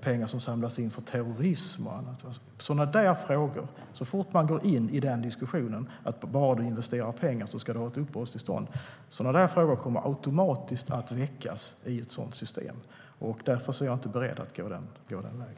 pengar som har samlats in för terrorism och annat? Sådana frågor kommer automatiskt att väckas så fort man går in i diskussionen om ett system som innebär att man ska få uppehållstillstånd om man bara investerar pengar. Därför är jag inte beredd att gå den vägen.